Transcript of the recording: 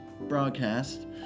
broadcast